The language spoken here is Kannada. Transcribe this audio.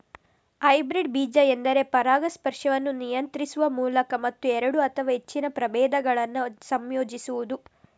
ಹೈಬ್ರಿಡ್ ಬೀಜ ಎಂದರೆ ಪರಾಗಸ್ಪರ್ಶವನ್ನು ನಿಯಂತ್ರಿಸುವ ಮೂಲಕ ಮತ್ತು ಎರಡು ಅಥವಾ ಹೆಚ್ಚಿನ ಪ್ರಭೇದಗಳನ್ನ ಸಂಯೋಜಿಸುದು